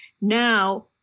Now